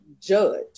judge